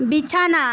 বিছানা